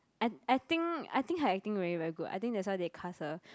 I I think I think her acting really very good I think that's why they cast her